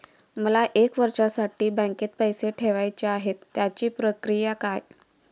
मला एक वर्षासाठी बँकेत पैसे ठेवायचे आहेत त्याची प्रक्रिया काय?